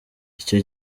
icyo